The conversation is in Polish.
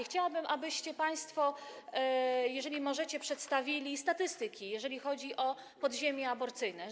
Chciałabym, abyście państwo, jeżeli możecie, przedstawili statystyki, jeżeli chodzi o podziemie aborcyjne.